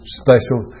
special